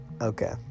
Okay